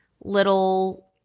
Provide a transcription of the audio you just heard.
little